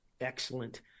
excellent